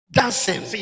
dancing